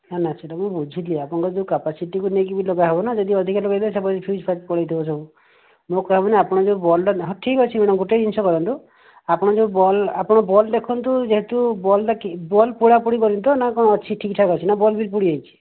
ନା ନା ସେଟା ମୁଁ ବୁଝିଲି ଆପଣଙ୍କର ଯୋଉ କାପାସିଟି କୁ ନେଇକି ବି ଲଗା ହେବନା ଯଦି ଅଧିକା ଲଗେଇ ଦେବେ ସୋପଜ୍ ଫ୍ୟୁଜ୍ଫାଜ୍ ପଳେଇଥିବା ସବୁ ମୋ କହିବା ମାନେ ଆପଣ ଯୋଉ ବଲ୍ଟା ହଁ ଠିକ୍ ଅଛି ମ୍ୟାଡ଼ାମ୍ ଗୋଟେ ଜିନିଷ କରନ୍ତୁ ଆପଣ ଯୋଉ ବଲ୍ବ୍ ଆପଣ ବଲ୍ବ୍ ଦେଖନ୍ତୁ ଯେହେତୁ ବଲ୍ବ୍ଟା କି ବଲ୍ବ୍ ପୋଡ଼ାପୋଡ଼ି କରିନି ତ ନା କ'ଣ ଅଛି ଠିକ୍ ଠାକ୍ ଅଛି ନା ବଲ୍ବ୍ ବି ପୋଡ଼ି ଯାଇଛି